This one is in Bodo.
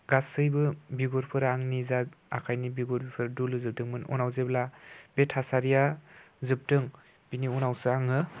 गासैबो बिगुरफोरा आंनि जा आखाइनि बिगुरफोर दुलुजोबदोंमोन आरो जेब्ला बे थासारिया जोबदों बिनि उनावसो आङो